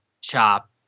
chop